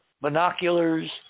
binoculars